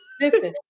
listen